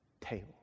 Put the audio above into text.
table